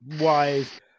wise